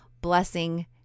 blessing